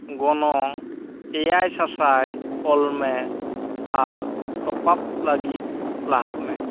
ᱜᱚᱱᱚᱝ ᱮᱭᱟᱭ ᱥᱟᱥᱟᱭ ᱚᱞᱢᱮ ᱟᱨ ᱴᱚᱯᱟᱯ ᱞᱟᱜᱤᱫ ᱞᱟᱦᱟᱜ ᱢᱮ